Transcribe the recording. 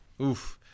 Oof